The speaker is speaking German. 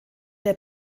der